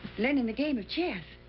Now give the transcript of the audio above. learning the game of chess.